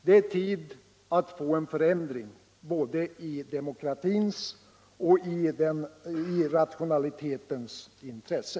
Det är tid att få till stånd 157 en förändring — både i demokratins och i rationalitetens intresse.